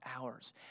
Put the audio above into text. hours